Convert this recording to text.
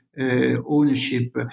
Ownership